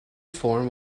form